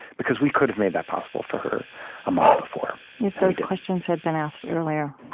because we could have made that possible for her a month before if those questions had been asked earlier?